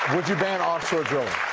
would you ban offshore drilling?